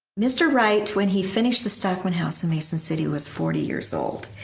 mr. wright when he finished the stockman house in mason city was forty years old.